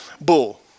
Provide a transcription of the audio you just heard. Bull